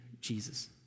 Jesus